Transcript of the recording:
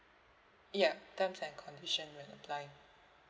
ya terms and condition will apply